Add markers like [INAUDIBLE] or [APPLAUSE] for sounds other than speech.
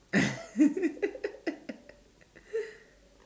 [LAUGHS]